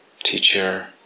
teacher